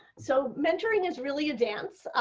so mentoring is really a dance.